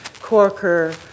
Corker